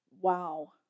Wow